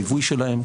ליווי שלהן,